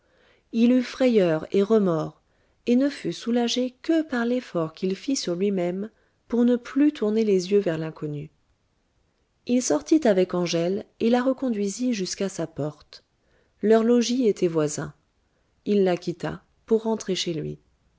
il eut frayeur et remords et ne fut soulagé que par l'effort qu'il fit sur lui-même pour ne plus tourner les yeux vers l'inconnue il sortit avec angèle et la reconduisit jusqu'à sa porte leurs logis étaient voisins il la quitta pour rentrer chez lui